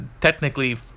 technically